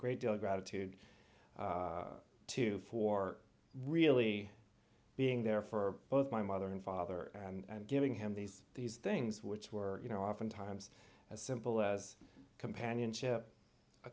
great deal of gratitude to for really being there for both my mother and father and giving him these these things which were you know oftentimes as simple as companionship a